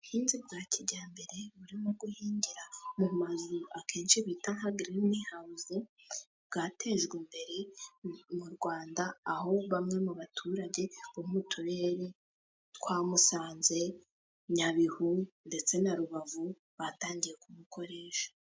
Ubuhinzi bwa kijyambere burimo guhingirwa mu mazu akenshi bita nka girini hawuzi bwatejwe imbere mu Rwanda, aho bamwe mu baturage bo mu turere twa Musanze, Nyabihu ndetse na Rubavu batangiye kubukoresha.